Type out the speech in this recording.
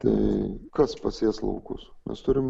tai kas pasės laukus mes turim